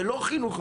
ולא חינוך וחברה,